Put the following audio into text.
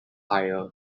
higher